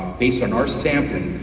based on our sampling,